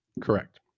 Correct